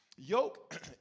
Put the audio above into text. Yoke